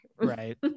Right